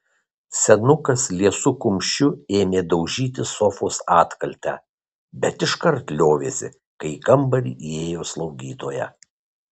senukas liesu kumščiu ėmė daužyti sofos atkaltę bet iškart liovėsi kai į kambarį įėjo slaugytoja